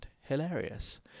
Hilarious